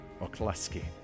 Oklaski